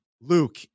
Luke